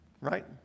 Right